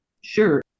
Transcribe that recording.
Sure